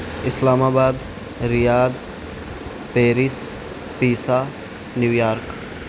اسلام آباد Riyadh Paris Pisa New York